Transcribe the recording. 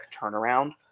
turnaround